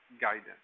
guidance